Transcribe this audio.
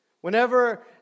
Whenever